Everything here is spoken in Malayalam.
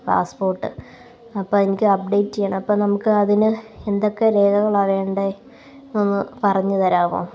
പാസ്പോര്ട്ട് അപ്പം എനിക്ക് അപ്ഡേറ്റ് ചെയ്യണം അപ്പം നമുക്ക് അതിന് എന്തൊക്കെ രേഖകളാണ് വേണ്ടത് എന്ന് ഒന്ന് പറഞ്ഞ് തരാമോ